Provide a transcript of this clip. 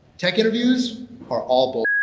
tech interviews are all bull.